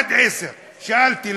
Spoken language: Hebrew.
עד 10,000. שאלתי,